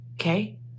Okay